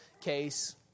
case